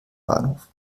bahnhof